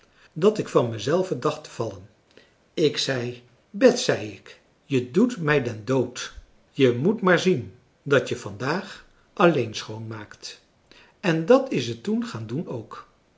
dat ik van mezelve dacht te vallen ik zei bet zei ik je doet mij den dood je moet maar zien dat je vandaag alléén schoonmaakt en dat is ze toen gaan doen ook